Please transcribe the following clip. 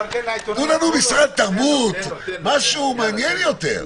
תנו לנו משרד תרבות, משהו מעניין יותר.